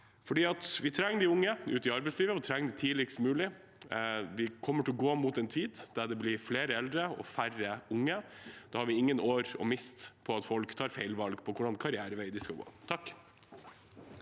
selv. Vi trenger de unge ut i arbeidslivet, og tidligst mulig. Vi kommer til å gå mot en tid da det blir flere eldre og færre unge. Da har vi ingen år å miste på at folk tar feil valg om hvilken karrierevei de skal gå. Mort